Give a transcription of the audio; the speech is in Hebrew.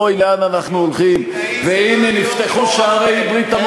ואוי לאן אנחנו הולכים,